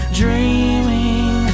dreaming